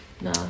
no